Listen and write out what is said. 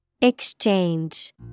Exchange